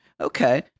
Okay